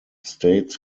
states